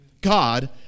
God